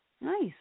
Nice